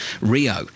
rio